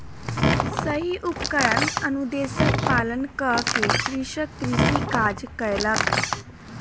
सही उपकरण अनुदेशक पालन कअ के कृषक कृषि काज कयलक